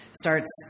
starts